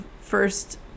first